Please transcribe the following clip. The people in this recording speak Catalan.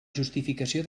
justificació